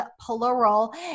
plural